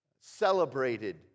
celebrated